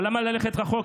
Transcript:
אבל למה ללכת רחוק?